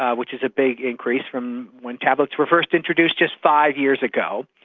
ah which is a big increase from when tablets were first introduced just five years ago.